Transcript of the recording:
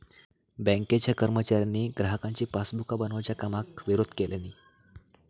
बँकेच्या कर्मचाऱ्यांनी ग्राहकांची पासबुका बनवच्या कामाक विरोध केल्यानी